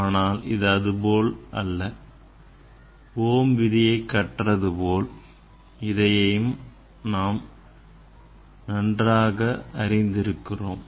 ஆனால் இது அது போல் அல்ல ஓம் விதியை கற்றது போல் இதையும் நாம் நன்றாக அறிந்து இருக்கிறோம்